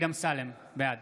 בעד